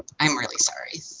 i'm really sorry.